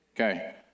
Okay